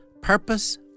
purpose